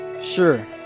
Sure